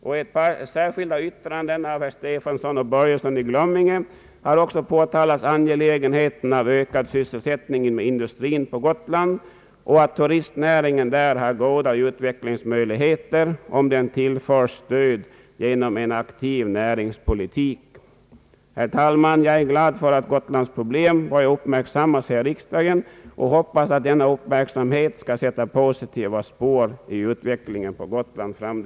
I ett par särskilda yttranden av herr Stefanson och herr Börjesson 1 Glömminge har också betonats angelägenheten av ökad sysselsättning inom industrin på Gotland och att turistnäringen där har goda utvecklingsmöjligheter om den tillförs stöd genom en aktiv näringspolitik. Herr talman! Jag är glad över att Gotlands problem börjar uppmärksammas här i riksdagen och hoppas att denna uppmärksamhet framdeles skall sätta positiva spår i utvecklingen på Gotland.